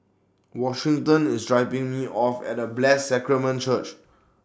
Washington IS dropping Me off At Blessed Sacrament Church